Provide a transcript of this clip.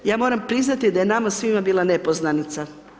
Ja moram priznati da je nama svima bila nepoznanica.